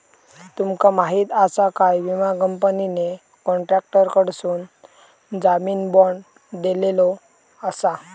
तुमका माहीत आसा काय, विमा कंपनीने कॉन्ट्रॅक्टरकडसून जामीन बाँड दिलेलो आसा